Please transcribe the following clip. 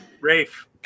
Rafe